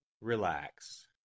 Relax